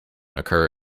occur